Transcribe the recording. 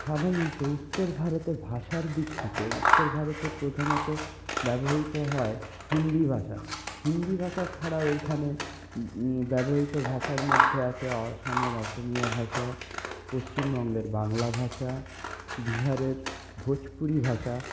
সাধারণত উত্তর ভারতের ভাষার দিক থেকে উত্তর ভারতে প্রধানত ব্যবহৃত হয় হিন্দি ভাষা হিন্দি ভাষা ছাড়াও এইখানে ব্যবহৃত ভাষার মধ্যে আছে অসমের অসমিয়া ভাষা পশ্চিমবঙ্গের বাংলা ভাষা বিহারের ভোজপুরি ভাষা